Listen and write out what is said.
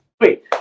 Wait